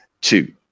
two